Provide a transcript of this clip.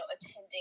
attending